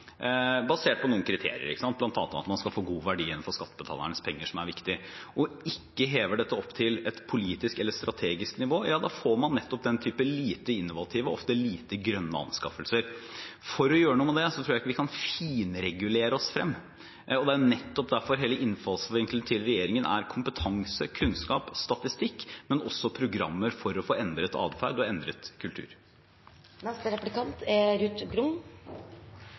basert på noen kriterier, bl.a. at man skal få god verdi for skattebetalernes penger, som er viktig, og ikke hever dette opp til et politisk eller strategisk nivå, ja da får man nettopp den typen lite innovative, ofte lite grønne anskaffelser. For å gjøre noe med det tror jeg ikke vi kan finregulere oss frem. Det er nettopp derfor hele innfallsvinkelen til regjeringen er kompetanse, kunnskap og statistikk, men også programmer for å få endret adferd og